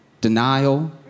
Denial